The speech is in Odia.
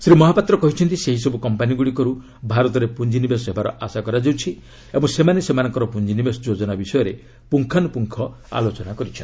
ଶ୍ରୀ ମହାପାତ୍ର କହିଛନ୍ତି ସେହିସବୁ କମ୍ପାନୀଗୁଡ଼ିକର୍ ଭାରତରେ ପ୍ରଞ୍ଜିନିବେଶ ହେବାର ଆଶା କରାଯାଉଛି ଏବଂ ସେମାନେ ସେମାନଙ୍କର ପ୍ରଞ୍ଜିନିବେଶ ଯୋଜନା ବିଷୟରେ ପ୍ରଙ୍ଗାନ୍ଦ୍ରପ୍ରଙ୍ଗ ଆଲୋଚନା କରିଛନ୍ତି